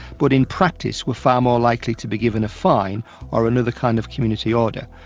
but in practice were far more likely to be given a fine or another kind of community order.